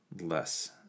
less